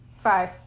Five